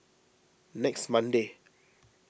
next Monday